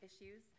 issues